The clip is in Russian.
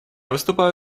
выступаю